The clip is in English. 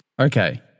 Okay